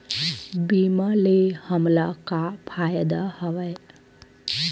बीमा ले हमला का फ़ायदा हवय?